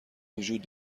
وجود